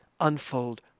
unfold